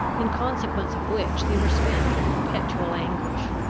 in consequence of which they were spent in perpetual anguish.